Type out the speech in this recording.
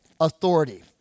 authority